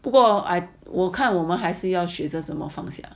不过 I 我看我们还是要学着怎么放下